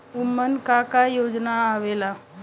उमन का का योजना आवेला?